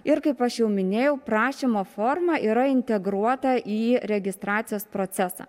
ir kaip aš jau minėjau prašymo forma yra integruota į registracijos procesą